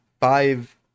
five